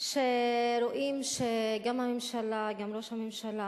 שרואים שגם הממשלה גם ראש הממשלה